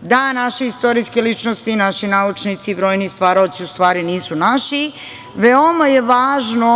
da naše istorijske ličnosti i naši naučnici i brojni stvaraoci u stvari nisu naši veoma je važno